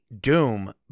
Doom